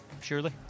surely